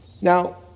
Now